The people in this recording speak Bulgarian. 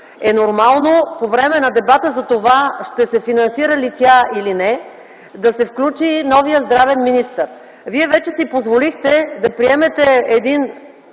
е нормално по време на дебата, за това ще се финансира ли тя или не, да се включи и новия здравен министър. Вие вече си позволихте да приемете един